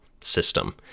system